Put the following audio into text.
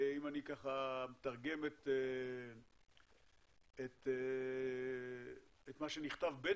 אם אני ככה מתרגם את מה שנכתב בין